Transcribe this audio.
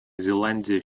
зеландия